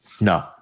No